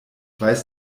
weiß